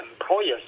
employers